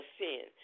sin